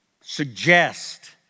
suggest